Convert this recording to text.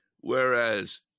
Whereas